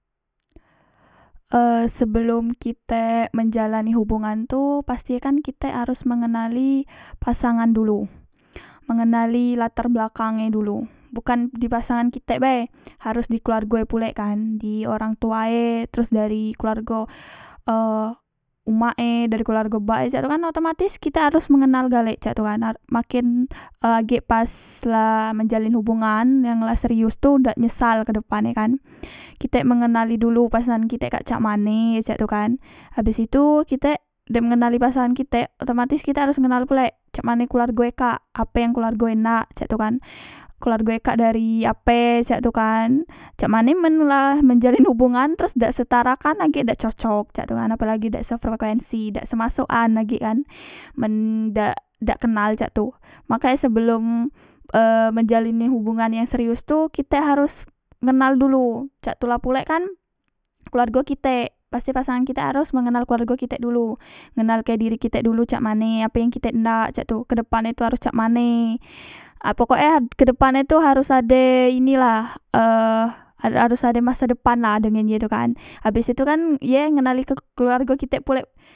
E sebelom kitek menjalani hobongan tu pastikan kitek harus mengenali pasangan dulu mengenali latar belakange dulu bukan di pasangan kitek bae harus di keluarg e pulek kan dari orang tua e teros dari keluargo eh umak e dari keluargo bak e cak itu kan otomatis kitek harus mengenal galek cak tu kan maken e agek pas la menjalen hubungan yang la serius tu dak nyesal kedepane kan kitek mengenali dulu pasangan kitek kak cak mane cak tu kan habis itu kitek dem mengenali pasangan kitek otomatis kitek harus mengenal pulek cak mane keluargo e kak ape yang keluargo e nak cak tu kan keluargo e kak dari ape cak tu kan cak mane men la menjalen hubungan teros dak setara kan agek dak cocok cak tu kan apelagi dak sefrekuensi dak semasokan agek kan men dak dak kenal cak tu maka e sebelom menjalini hubungan yang serius tu kita harus ngenal dulu cak tula pulek kan keluargo kitek pasti pasangan kitek harus mengenal keluargo kitek dulu ngenalke diri kitek dulu cak mane ape yang kitek ndak cak tu kedepane tu harus cak mane a pokok e kedepane tu harus ade ini lah e harus ade masa depanlah dengan ye tu kan habes itu kan ye ngenali ke keluargo kitek pulek